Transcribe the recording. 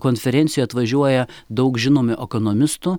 konferencijoje atvažiuoja daug žinomi ekonomistų